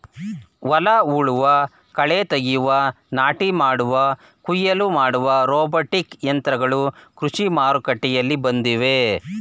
ಹೊಲ ಉಳುವ, ಕಳೆ ತೆಗೆಯುವ, ನಾಟಿ ಮಾಡುವ, ಕುಯಿಲು ಮಾಡುವ ರೋಬೋಟಿಕ್ ಯಂತ್ರಗಳು ಕೃಷಿ ಮಾರುಕಟ್ಟೆಯಲ್ಲಿ ಬಂದಿವೆ